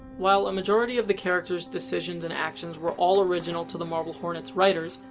while a majority of the character's decisions and actions were all original to the marble hornets writers,